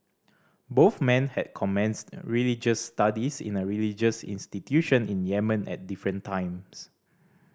both men had commenced religious studies in a religious institution in Yemen at different times